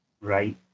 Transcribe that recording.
right